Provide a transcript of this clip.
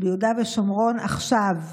ביהודה ושומרון עכשיו,